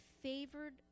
favored